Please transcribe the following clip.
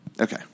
Okay